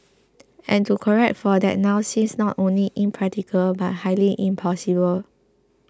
and to correct for that now seems not only impractical but highly impossible